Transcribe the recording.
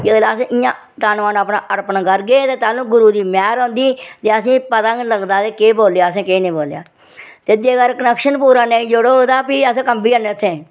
जिस बेल्लै अस इ'यां तन मन अर्पण करगे ते तदूं गुरू दी मेह्र होंदी ते असेंगी पता गै नी लगदा के केह् बोल्लेआ असें केह् नेईं बोल्लेआ ते जेकर कनैक्शन पूरा नेईं जुड़ग ते फ्ही असें कम्बी जन्ने उत्थै